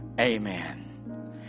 amen